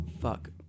fuck